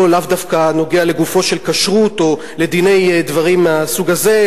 לאו דווקא נוגע לגופה של כשרות או לדיני דברים מהסוג הזה,